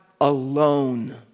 alone